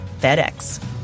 FedEx